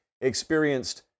experienced